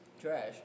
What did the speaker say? trash